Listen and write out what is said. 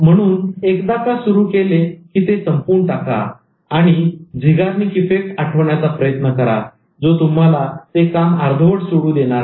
म्हणून एकदा का सुरू केले की ते संपवून टाका आणि Zeigarnik Effect झीगार्निक इफेक्ट आठवण्याचा प्रयत्न करा जो तुम्हाला ते काम अर्धवट सोडू देणार नाही